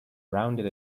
rounded